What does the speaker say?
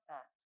act